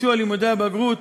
ביצוע לימודי הבגרות